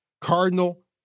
Cardinal